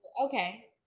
Okay